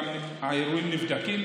האירועים נבדקים,